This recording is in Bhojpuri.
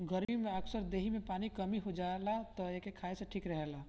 गरमी में अक्सर देहि में पानी के कमी हो जाला तअ एके खाए से देहि ठीक रहेला